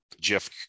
Jeff